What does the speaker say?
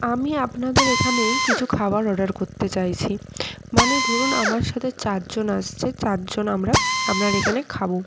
আমি আপনাদের এখানে কিছু খাবার অর্ডার করতে চাইছি মানে ধরুন আমার সাথে চারজন আসছে চারজন আমরা আপনার এখানে খাব